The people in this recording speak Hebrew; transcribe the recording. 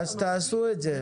אז תעשו את זה.